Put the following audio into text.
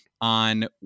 on